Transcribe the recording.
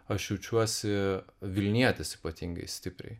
aš jaučiuosi vilnietis ypatingai stipriai